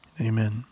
amen